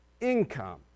income